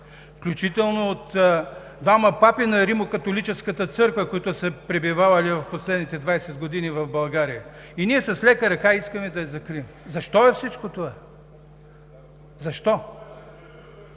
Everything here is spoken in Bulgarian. включително от двама папи на Римокатолическата църква, които са пребивавали в последните 20 години в България, и ние с лека ръка искаме да я закрием. Защо е всичко това? Защо?